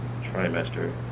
trimester